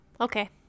Okay